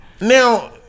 now